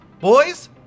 boys